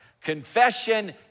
Confession